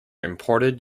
imported